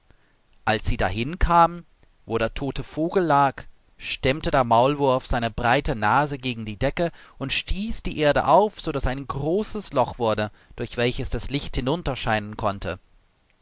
als sie dahin kamen wo der tote vogel lag stemmte der maulwurf seine breite nase gegen die decke und stieß die erde auf sodaß ein großes loch wurde durch welches das licht hinunter scheinen konnte